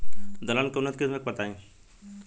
दलहन के उन्नत किस्म बताई?